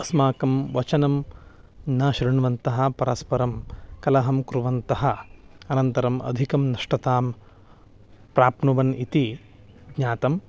अस्माकं वचनं न शृण्वन्तः परस्परं कलहं कुर्वन्तः अनन्तरम् अधिकं नष्टतां प्राप्नुवन् इति ज्ञातं